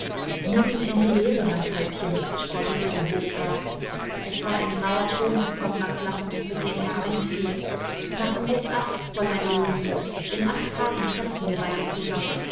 nimm ihn in die lehre mein täubchen spottete der hofrat es war ein rauher ton in konrads lachen mit dem er einfiel machen wir's ab fräulein leonie in acht tagen tanzen wir beide zusammen